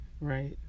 right